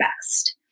best